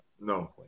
No